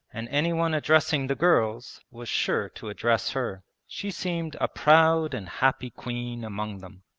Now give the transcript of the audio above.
and anyone addressing the girls was sure to address her. she seemed a proud and happy queen among them.